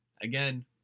again